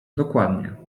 dokładnie